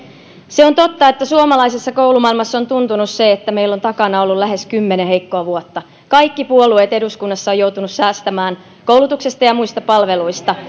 se on totta että suomalaisessa koulumaailmassa on tuntunut se että meillä on takana ollut lähes kymmenen heikkoa vuotta kaikki puolueet eduskunnassa ovat joutuneet säästämään koulutuksesta ja muista palveluista